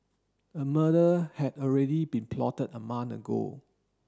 a murder had already been plotted a month ago